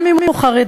גם אם הוא חרדי',